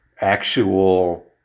actual